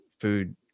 food